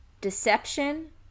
deception